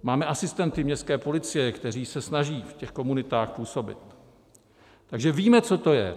Máme asistenty městské policie, kteří se snaží v těch komunitách působit, takže víme, co to je.